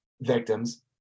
victims